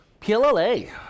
PLLA